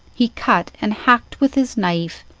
he cut and hacked with his knife,